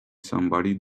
somebody